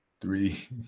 Three